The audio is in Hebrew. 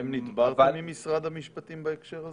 אתם נדברתם עם משרד המשפטים בהקשר הזה?